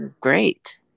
great